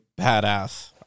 badass